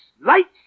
Lights